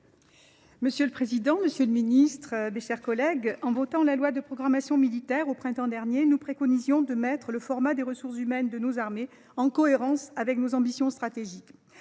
Monsieur le président, monsieur le ministre, mes chers collègues, en adoptant la loi de programmation militaire au printemps dernier, nous préconisions de mettre le format des ressources humaines de nos armées en cohérence avec nos ambitions stratégiques.